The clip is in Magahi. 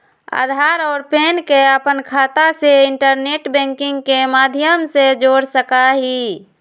आधार और पैन के अपन खाता से इंटरनेट बैंकिंग के माध्यम से जोड़ सका हियी